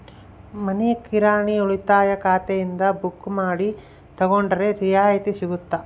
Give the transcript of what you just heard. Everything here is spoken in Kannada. ಮನಿ ಕಿರಾಣಿ ಉಳಿತಾಯ ಖಾತೆಯಿಂದ ಬುಕ್ಕು ಮಾಡಿ ತಗೊಂಡರೆ ರಿಯಾಯಿತಿ ಸಿಗುತ್ತಾ?